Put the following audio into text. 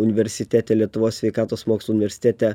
universitete lietuvos sveikatos mokslų universitete